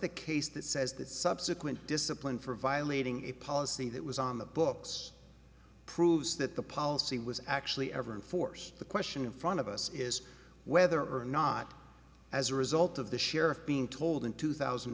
the case that says that subsequent discipline for violating a policy that was on the books proves that the policy was actually ever in force the question in front of us is whether or not as a result of the sheriff being told in two thousand